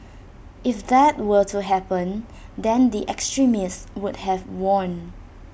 if that were to happen then the extremists would have won